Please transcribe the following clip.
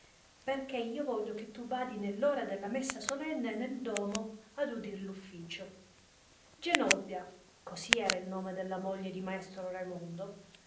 che io voglio che tu vadi nell ora della messa solenne nel domo ad udir l ufficio genobbia così era il nome della moglie di maestro raimondo